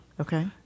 Okay